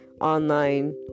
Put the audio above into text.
online